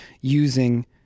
using